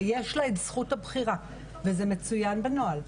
ויש לה את זכות הבחירה וזה מצוין בנוהל,